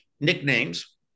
nicknames